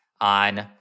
on